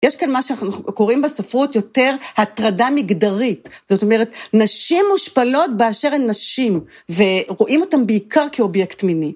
יש כאן מה שאנחנו קוראים בספרות יותר הטרדה מגדרית, זאת אומרת, נשים מושפלות באשר הן נשים, ורואים אותן בעיקר כאובייקט מיני.